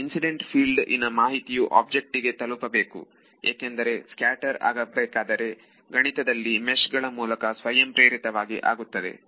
incident field ಇನ ಮಾಹಿತಿಯು object ಇಗೆ ತಲುಪಬೇಕು ಏಕೆಂದರೆ ಸ್ಕ್ಯಾಟರ್ ಆಗಬೇಕಾದರೆ ಗಣಿತದಲ್ಲಿ ಮೆಷ್ಗಳ ಮೂಲಕ ಸ್ವಯಂಪ್ರೇರಿತವಾಗಿ ಆಗುತ್ತದೆ